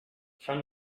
from